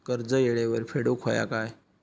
कर्ज येळेवर फेडूक होया काय?